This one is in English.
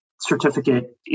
certificate